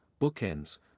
bookends